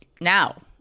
now